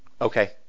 Okay